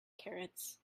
carrots